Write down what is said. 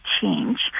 change